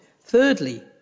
Thirdly